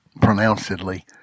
pronouncedly